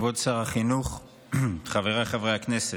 כבוד שר החינוך, חבריי חברי הכנסת,